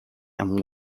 and